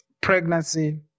pregnancy